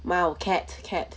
猫 cat cat